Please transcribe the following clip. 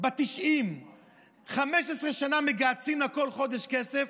בת 90. 15 שנה מגהצים לה כל חודש כסף.